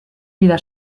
vida